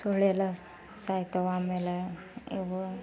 ಸೊಳ್ಳೆ ಎಲ್ಲ ಸಾಯ್ತವೆ ಆಮೇಲೆ ಇವು